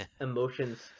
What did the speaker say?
emotions